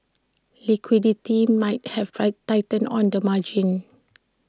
liquidity might have tightened on the margin